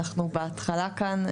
אנחנו בהתחלה כאן,